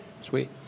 Sweet